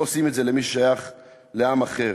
לא עושים את זה למי ששייך לעם אחר.